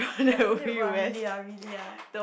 the inn will !wah! really ah really ah